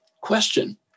question